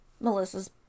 Melissa's